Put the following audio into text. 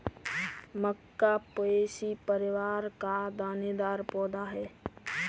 मक्का Poaceae परिवार का दानेदार पौधा है